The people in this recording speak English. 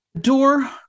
door